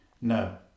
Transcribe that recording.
No